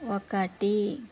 ఒకటి